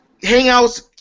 Hangouts